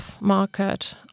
market